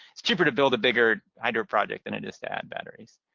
it's cheaper to build a bigger hydro project than it is to add batteries.